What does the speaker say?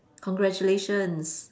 congratulations